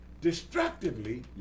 destructively